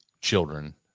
children